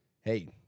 hey